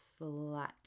slut